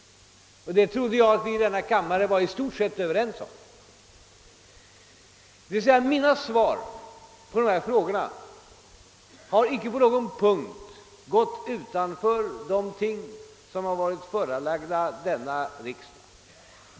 Jag trodde att vi i denna kammare i stort sett var överens om detta. Mina svar på dessa frågor har inte på någon punkt gått utanför vad som förelagts riksdagen.